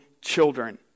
children